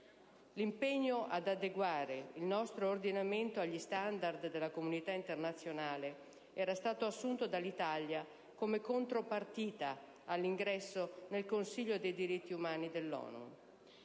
L'impegno ad adeguare il nostro ordinamento agli *standard* della comunità internazionale era stato assunto dall'Italia come contropartita all'ingresso nel Consiglio dei diritti umani dell'ONU.